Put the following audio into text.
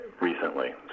recently